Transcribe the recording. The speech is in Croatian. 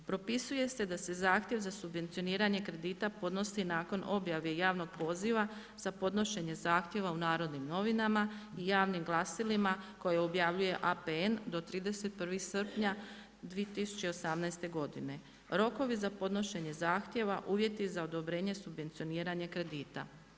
Propisuje se da se zahtjev za subvencioniranje kredita podnosi nakon objave javnog poziva za podnošenje zahtjeva u Narodnim novinama i javnim glasilima koje objavljuje APN do 31. srpnja 2018. godine, rokovi za podnošenje zahtjeva, uvjeti za odobrenje subvencioniranja kredita.